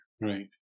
right